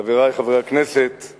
חברי חברי הכנסת,